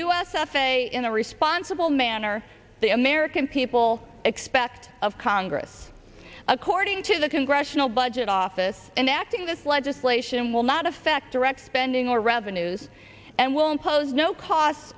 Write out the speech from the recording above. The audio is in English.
a in a responsible manner the american people expect of congress according to the congressional budget office and acting this legislation will not affect direct spending or revenues and will impose no costs